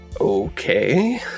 Okay